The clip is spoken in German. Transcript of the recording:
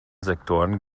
sektoren